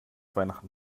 weihnachten